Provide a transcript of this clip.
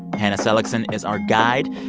hannah seligson is our guide.